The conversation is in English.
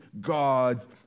God's